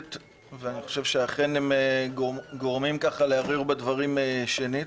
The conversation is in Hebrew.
ואכן הם גורמים להרהר בדברים שנית.